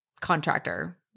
contractor